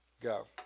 Go